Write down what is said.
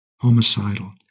homicidal